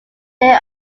they